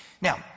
Now